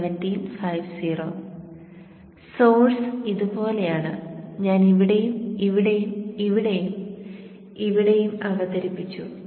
source ഇതുപോലെയാണ് ഞാൻ ഇവിടെയും ഇവിടെയും ഇവിടെയും ഇവിടെയും അവതരിപ്പിച്ചു